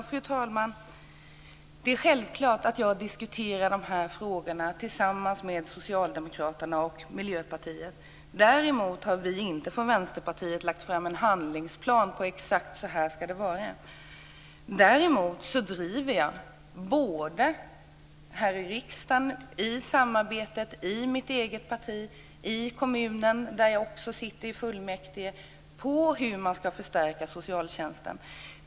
Fru talman! Det är självklart att jag diskuterar de här frågorna tillsammans med Socialdemokraterna och Miljöpartiet. Däremot har Vänsterpartiet inte lagt fram en handlingsplan över hur det exakt ska vara. Dessutom driver jag här i riksdagen, i samarbetet i mitt eget parti och i kommunen där jag sitter i fullmäktige förslag till hur man ska förstärka socialtjänsten.